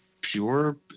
pure